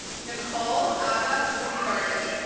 nicole aba bloomgarden